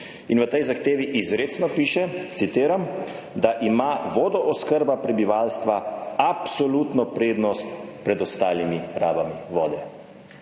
in v tej zahtevi izrecno piše, citiram, da ima vodooskrba prebivalstva absolutno prednost pred ostalimi rabami vode.